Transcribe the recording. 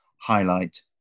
highlight